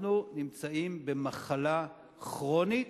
אנחנו נמצאים במחלה כרונית,